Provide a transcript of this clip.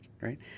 right